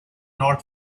not